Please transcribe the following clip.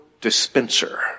dispenser